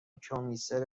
کمیسر